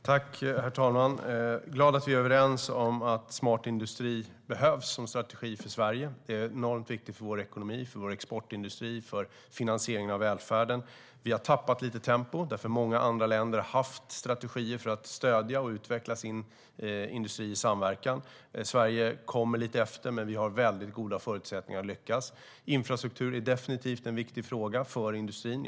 Herr talman! Jag är glad att vi är överens om att Smart industri behövs som strategi för Sverige. Det är enormt viktigt för vår ekonomi, för vår exportindustri och för finansiering av välfärden. Vi har tappat lite tempo. Många andra länder har haft strategier för att stödja och utveckla sin industri i samverkan. Sverige kom lite efter, men vi har goda förutsättningar att lyckas. Infrastruktur är definitivt en viktig fråga för industrin.